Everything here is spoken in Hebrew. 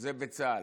זה בצה"ל,